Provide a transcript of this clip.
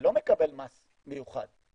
ולא מקבל מס מיוחד.